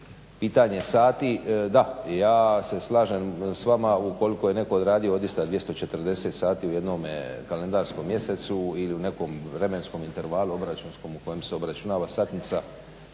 Pitanje sati, da, ja se slažem s vama ukoliko je neto odradio odista 240 sati u jednom kalendarskom mjesecu ili u nekom vremenskom intervalu obračunskom u kojem se obračunava satnica,